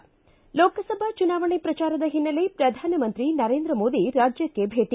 ಿ ಲೋಕಸಭಾ ಚುನಾವಣೆ ಪ್ರಚಾರದ ಹಿನ್ನೆಲೆ ಪ್ರಧಾನಮಂತ್ರಿ ನರೇಂದ್ರ ಮೋದಿ ರಾಜ್ಯಕ್ಕೆ ಭೇಟಿ